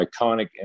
iconic